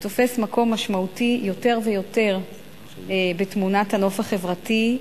שתופס מקום משמעותי יותר ויותר בתמונת הנוף החברתי,